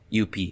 UP